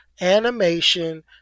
animation